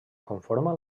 conforma